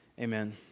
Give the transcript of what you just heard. amen